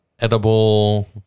edible